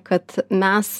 kad mes